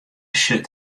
sjocht